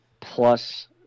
plus